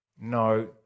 No